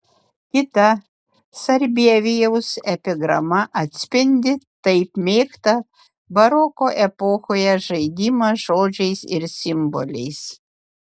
kita sarbievijaus epigrama atspindi taip mėgtą baroko epochoje žaidimą žodžiais ir simboliais